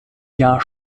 jahr